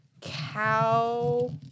cow